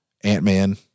Ant-Man